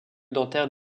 dentaire